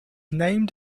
named